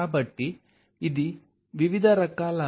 కాబట్టి ఇది వివిధ రకాల పోరోసిటీతో ఉంటుంది